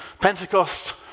Pentecost